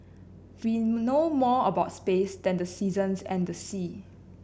we know more about space than the seasons and the sea